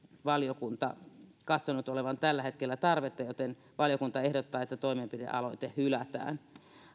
valiokunta katsonut olevan tällä hetkellä tarvetta joten valiokunta ehdottaa että toimenpidealoite hylätään